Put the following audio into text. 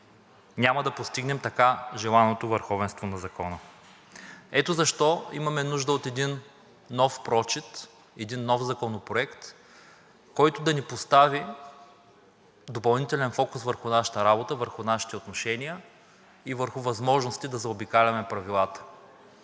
няма да постигнем така желаното върховенство на закона. Ето защо имаме нужда от един нов прочит, един нов законопроект, който да ни постави допълнителен фокус върху нашата работа, върху нашите отношения и върху възможностите да заобикаляме правилата.